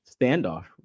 standoff